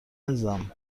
عزیزم